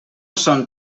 són